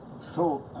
so